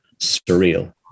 surreal